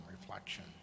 reflection